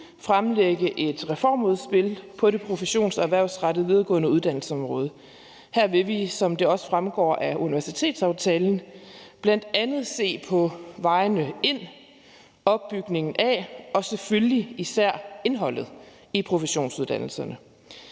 fremlægge et reformudspil på det professions- og erhvervsrettede videregående uddannelsesområde. Her vil vi, som det også fremgår af universitetetsaftalen, bl.a. se på vejene ind, opbygningen af og selvfølgelig især indholdet i professionsuddannelserne.